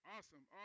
Awesome